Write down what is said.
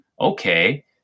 okay